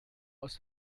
aus